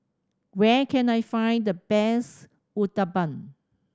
where can I find the best Uthapam